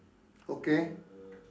okay